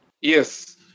Yes